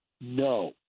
no